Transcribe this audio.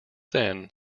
then